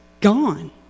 gone